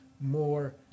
more